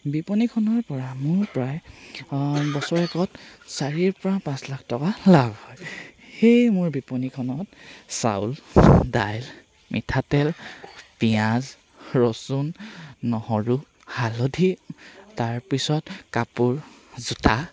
বিপণিখনৰ পৰা মোৰ প্ৰায় বছৰেকত চাৰিৰ পৰা পাঁচ লাখ টকা লাভ হয় সেই মোৰ বিপণিখনত চাউল দাইল মিঠাতেল পিঁয়াজ ৰচুন নহৰু হালধি তাৰপিছত কাপোৰ জোতা